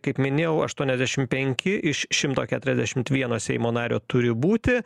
kaip minėjau aštuoniasdešimt penki iš šimto keturiasdešimt vieno seimo nario turi būti